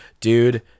dude